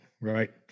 right